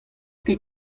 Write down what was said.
ket